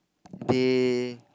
they